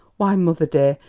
why, mother, dear,